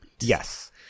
Yes